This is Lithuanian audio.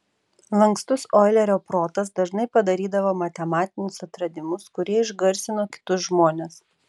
lankstus oilerio protas dažnai padarydavo matematinius atradimus kurie išgarsino kitus žmones